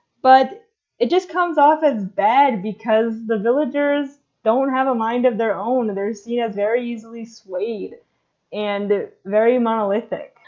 but it just comes off as bad because the villagers don't have a mind of their own, they're seen as very easily swayed and very monolithic.